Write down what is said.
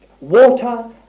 Water